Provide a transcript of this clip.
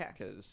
Okay